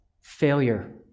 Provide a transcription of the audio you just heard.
Failure